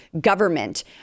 government